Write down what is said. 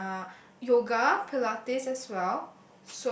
ya yoga pilates as well